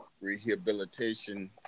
rehabilitation